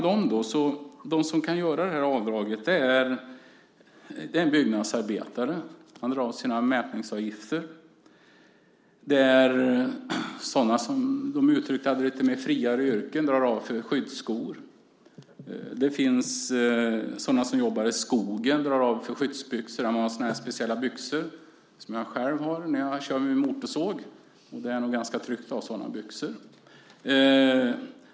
Den som kan göra avdraget är alltså en byggnadsarbetare som kan dra av sina mätningsavgifter, det är sådana som har lite mer fria yrken, som de uttryckte det; de drar av för till exempel skyddsskor. De som jobbar i skogen kan dra av för skyddsbyxor - det är speciella byxor, sådana man använder när man kör motorsåg. Det är nog ganska tryggt att ha sådana; jag använder dem själv.